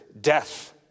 death